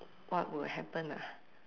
what would happen ah